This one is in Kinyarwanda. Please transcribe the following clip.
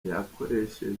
yakoresheje